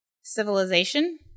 civilization